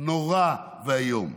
נורא ואיום.